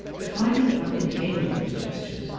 but finding that nothing came of these gestures,